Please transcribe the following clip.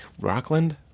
rockland